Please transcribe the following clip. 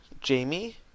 jamie